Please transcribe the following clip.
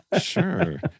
sure